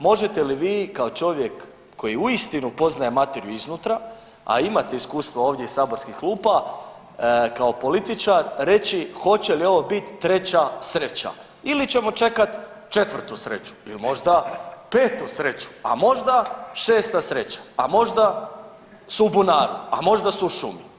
Možete li vi kao čovjek koji uistinu poznaje materiju iznutra, a imate iskustva ovdje iz saborskih klupa kao političar reći hoće li ovo biti treća sreća ili ćemo čekati četvrtu sreću ili možda petu sreću, a možda šesta sreća, a možda su u bunaru, a možda su u šumi?